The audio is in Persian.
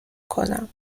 کنم